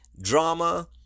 drama